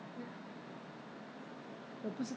好像是十十几块还是二十几块